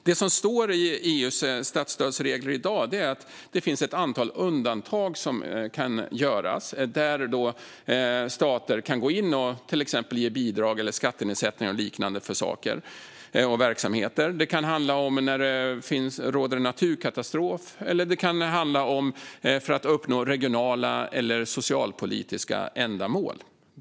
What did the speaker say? Det som står i EU:s statsstödsregler i dag är att det finns ett antal undantag som kan göras där stater kan gå in och till exempel ge bidrag, skattenedsättningar eller liknande för saker och verksamheter. Det kan handla om när det råder en naturkatastrof eller om att uppnå regionala eller socialpolitiska ändamål.